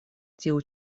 tiu